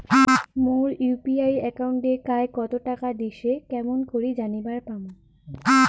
মোর UPI একাউন্টে কায় কতো টাকা দিসে কেমন করে জানিবার পামু?